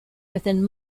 within